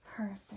Perfect